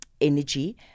energy